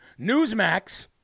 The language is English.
Newsmax